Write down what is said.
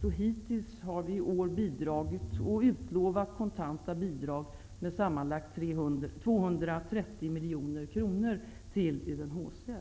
Vi har hittills i år bidragit med och utlovat kontanta bidrag med sammanlagt 230 miljoner kronor till UNHCR.